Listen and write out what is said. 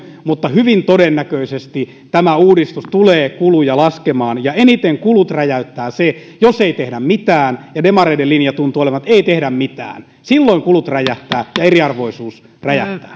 mutta hyvin todennäköisesti tämä uudistus tulee kuluja laskemaan ja pahimmin kulut räjäyttää se jos ei tehdä mitään ja demareiden linja tuntuu olevan ettei tehdä mitään silloin kulut räjähtävät ja eriarvoisuus räjähtää